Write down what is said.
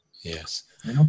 Yes